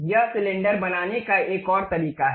यह सिलेंडर बनाने का एक और तरीका है